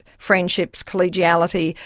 friendships, collegiality,